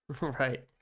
Right